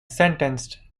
sentenced